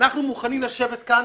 אנחנו מוכנים לשבת כאן